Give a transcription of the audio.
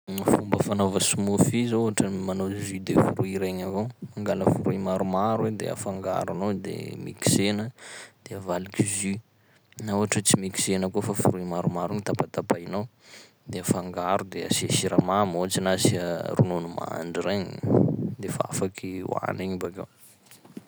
Fomba fanaova smoothie zao ohatran'ny manao jus de fruit regny avao, mangala fruit maromaro i de afangaronao de mixena, de avaliky jus, na ohatry hoe tsy mixena koa fa fruit maromaro no tapatapainao, de afangaro de asia siramamy ohatsy na asia ronono mandry regny de fa afaky hoany igny bakeo.